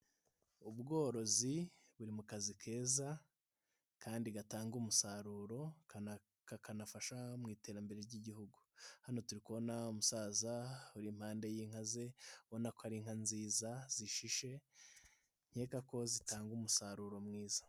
Ubworozi buri mu kazi keza kandi gatanga umusaruro, kakanafasha mu iterambere ry'igihugu. Hano turi kubona umusaza uri mpande y'inka ze, ubona ko ari inka nziza, zishishe, nkeka ko zitanga umusaruro mwiza.